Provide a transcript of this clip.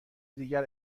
دیگر